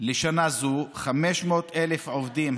לשנה זו 500,000 עובדים,